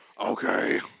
Okay